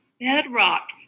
bedrock